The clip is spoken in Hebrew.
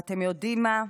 ואתם יודעים מה,